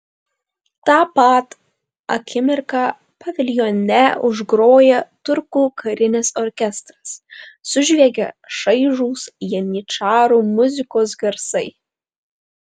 tą pat akimirką paviljone užgroja turkų karinis orkestras sužviegia šaižūs janyčarų muzikos garsai